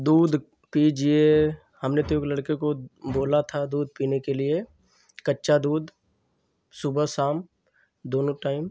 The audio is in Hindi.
दूध पीजिए हमने तो यह लड़के को बोला था दूध पीने के लिए कच्चा दूध सुबह शाम दोनों टाइम